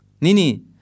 Nini